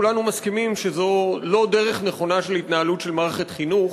כולנו מסכימים שזו לא דרך נכונה של התנהלות של מערכת חינוך,